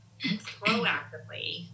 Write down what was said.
proactively